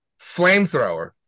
flamethrower